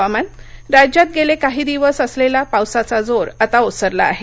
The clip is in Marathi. हवामान् राज्यात गेले काही दिवस असलेला पावसाचा जोर आता ओसरला आहे